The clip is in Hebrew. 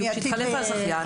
התחלף הזכיין.